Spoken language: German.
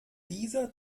dieser